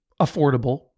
affordable